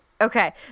Okay